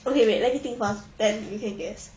okay wait let me think first then you can guess